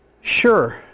Sure